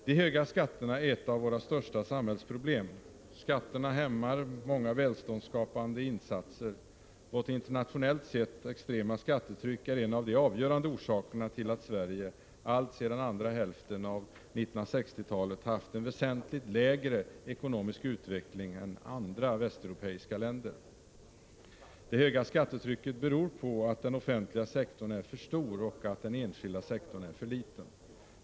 De höga skatterna är ett av våra största samhällsproblem. Skatterna hämmar många välståndsskapande insatser. Vårt internationellt sett extrema skattetryck är en av de avgörande orsakerna till att Sverige alltsedan andra hälften av 1960-talet haft en väsentligt lägre ekonomisk utvecklingstakt än andra västeuropeiska länder. Det höga skattetrycket beror på att den offentliga sektorn är för stor och att den enskilda sektorn är för liten.